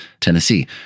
Tennessee